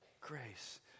grace